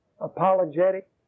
apologetic